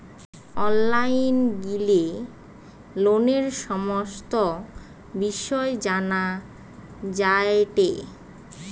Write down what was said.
online গিলে লোনের সমস্ত বিষয় জানা যায়টে